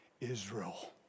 Israel